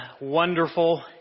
wonderful